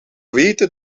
weten